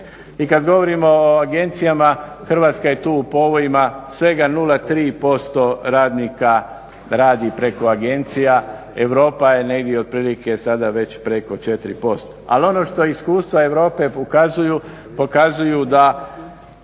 I kad govorimo o agencijama, Hrvatska je tu u povojima. Svega 0,3% radnika radi preko agencije. Europa je negdje otprilike sada već preko 4%. Ali ono što iskustva Europe pokazuju, pokazuju da